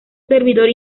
servidor